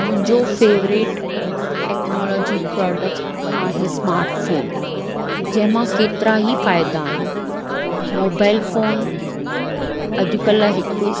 मुंहिंजो favourite technology product आहे smart phone जंहिंमां केतिरा ई फ़ाइदा आहिनि मोबाइल फोन अॼकल्ह हिकु